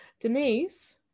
denise